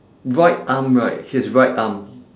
right arm right his right arm